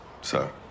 sir